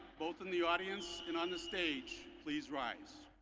both in the audience and on the stage, please rise?